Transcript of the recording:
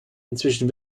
inzwischen